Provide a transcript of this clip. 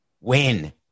win